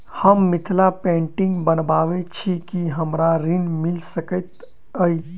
हम मिथिला पेंटिग बनाबैत छी की हमरा ऋण मिल सकैत अई?